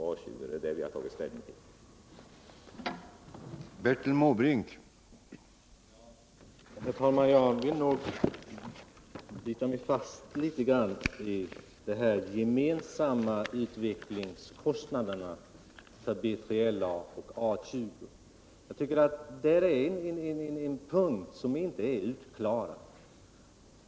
Det är det vi har tagit ställning till. Herr talman! Jag vill nog bita mig fast vid de här gemensamma utvecklingskostnaderna för B3LA och A 20. Det är en punkt som inte är utklarad.